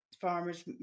farmers